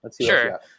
Sure